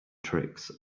tricks